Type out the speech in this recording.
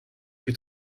plus